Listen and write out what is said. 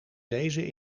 lezen